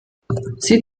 sie